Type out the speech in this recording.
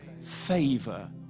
favor